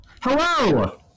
hello